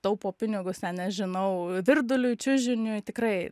taupo pinigus ten nežinau virduliui čiužiniui tikrai